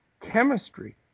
Chemistry